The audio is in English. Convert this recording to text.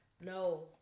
No